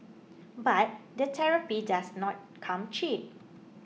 but the therapy does not come cheap